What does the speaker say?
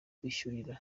kwiyishyurira